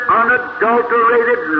unadulterated